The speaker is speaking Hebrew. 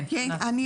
כן, ענת,